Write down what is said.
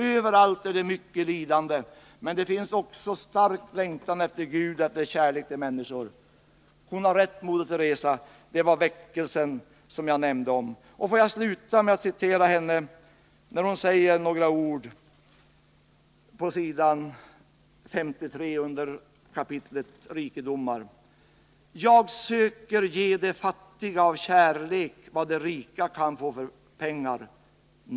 Överallt är det mycket lidande, men det finns också stark längtan efter Gud och efter kärlek till människor.” Hon har rätt, moder Teresa. Det var väckelsen som jag nämnde om. Får jag sluta med att citera vad hon säger på s. 53 under kapitlet Rikedomar: ”Jag söker ge de fattiga av kärlek vad de rika kan få för pengar.